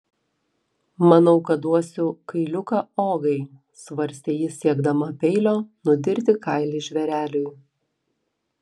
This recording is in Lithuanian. manau kad duosiu kailiuką ogai svarstė ji siekdama peilio nudirti kailį žvėreliui